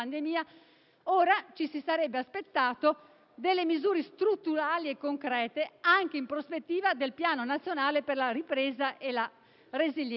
ora ci si saremmo aspettati misure strutturali e concrete anche in prospettiva del Piano nazionale per la ripresa e la resilienza.